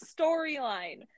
storyline